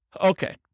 Okay